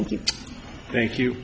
thank you thank you